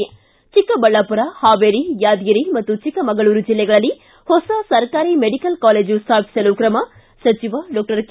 ಿ ಚಿಕ್ಕಬಳ್ಳಾಪುರ ಹಾವೇರಿ ಯಾದಗಿರಿ ಮತ್ತು ಚಿಕ್ಕಮಗಳೂರು ಜಿಲ್ಲೆಗಳಲ್ಲಿ ಹೊಸ ಸರ್ಕಾರಿ ಮೆಡಿಕಲ್ ಕಾಲೇಜು ಸ್ಥಾಪಿಸಲು ಕ್ರಮ ಸಚಿವ ಡಾಕ್ಟರ್ ಕೆ